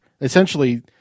Essentially